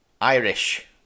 Irish